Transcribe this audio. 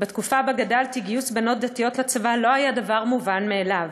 ובתקופה שבה גדלתי גיוס בנות דתיות לצבא לא היה דבר מובן מאליו.